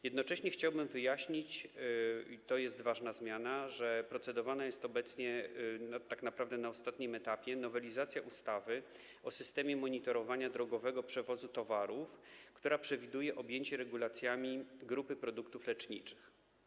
Jednocześnie chciałbym wyjaśnić - i to jest ważna zmiana - że procedowana jest obecnie, i tak naprawdę jest na ostatnim etapie, nowelizacja ustawy o systemie monitorowania drogowego przewozu towarów, która przewiduje objęcie regulacjami grupy produktów leczniczych.